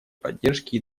поддержки